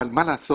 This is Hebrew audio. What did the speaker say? אבל מה לעשות?